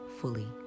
fully